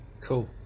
Cool